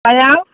मायाव